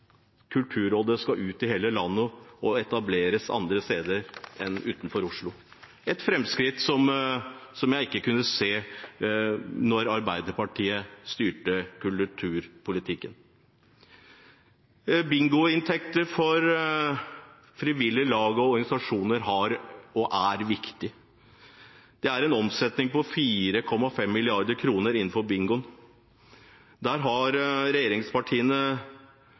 Kulturrådet skal ut til hele landet og etableres andre steder, utenfor Oslo – et framskritt som jeg ikke kunne se da Arbeiderpartiet styrte kulturpolitikken. Bingoinntekter for frivillige lag og organisasjoner har vært og er viktig. Det er en omsetning på 4,5 mrd. kr innenfor bingoen. Der har regjeringspartiene